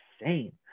insane